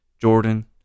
Jordan